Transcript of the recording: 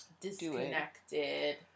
Disconnected